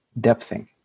depthing